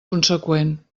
conseqüent